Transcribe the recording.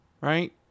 right